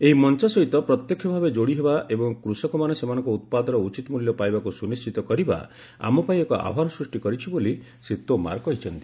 ଏହି ମଞ୍ଚ ସହିତ ପ୍ରତ୍ୟକ୍ଷ ଭାବେ ଯୋଡ଼ି ହେବା ଏବଂ କୃଷକମାନେ ସେମାନଙ୍କ ଉତ୍ପାଦର ଉଚିତ ମୂଲ୍ୟ ପାଇବାକୁ ସୁନିଣ୍ଢିତ କରିବା ଆମପାଇଁ ଏକ ଆହ୍ୱାନ ସୃଷ୍ଟି କରିଛି ବୋଲି ଶ୍ରୀ ତୋମାର କହିଛନ୍ତି